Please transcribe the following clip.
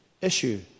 issue